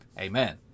Amen